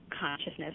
consciousness